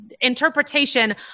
interpretation